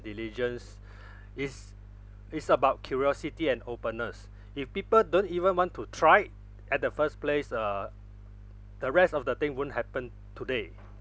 diligence is is about curiosity and openness if people don't even want to try at the first place uh the rest of the thing won't happen today